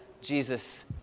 Jesus